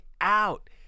out